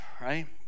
right